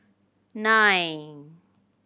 nine